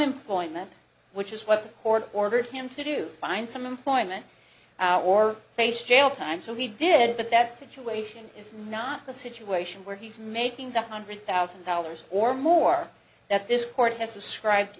employment which is what the court ordered him to do find some employment or face jail time so he did but that situation is not the situation where he's making the hundred thousand dollars or more that this court has to scribed